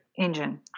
engine